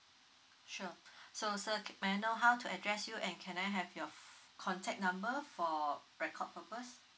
sure so sir c~ may I know how to address you and can I have your contact number for record purpose